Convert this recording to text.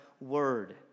word